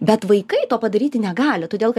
bet vaikai to padaryti negali todėl kad